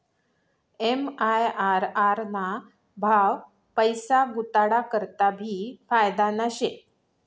MIRR ना भाव पैसा गुताडा करता भी फायदाना शे